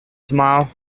smile